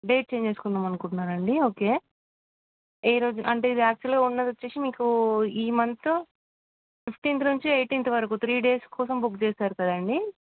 date change చేసుకుందాం అనుకుంటున్నారా అండి ఓకే ఈ రోజు అంటే ఇది యాక్చువల్గా ఉన్నది వచ్చి మీకు ఈ మంత్ ఫిఫ్టీన్త్ నుంచి ఎయిటీన్త్ వరకు త్రీ డేస్ కోసం బుక్ చేశారు కదండి